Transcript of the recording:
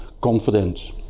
confident